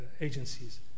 agencies